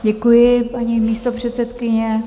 Děkuji, paní místopředsedkyně.